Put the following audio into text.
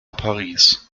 paris